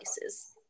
places